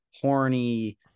horny